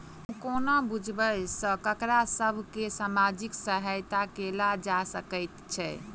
हम कोना बुझबै सँ ककरा सभ केँ सामाजिक सहायता कैल जा सकैत छै?